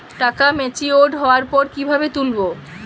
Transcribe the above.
টাকা ম্যাচিওর্ড হওয়ার পর কিভাবে তুলব?